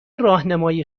راهنمای